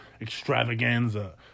extravaganza